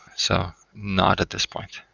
so not at this point.